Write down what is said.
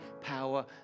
power